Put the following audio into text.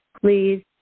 please